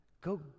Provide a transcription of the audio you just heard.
Go